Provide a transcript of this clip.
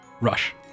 rush